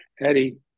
Eddie